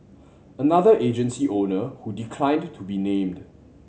another agency owner who declined to be named